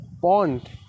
Pond